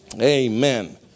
Amen